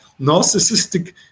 Narcissistic